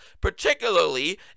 particularly